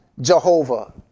Jehovah